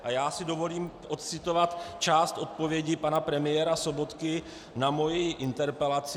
A já si dovolím odcitovat část odpovědi pana premiéra Sobotky na moji interpelaci.